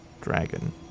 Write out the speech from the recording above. dragon